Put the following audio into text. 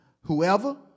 whoever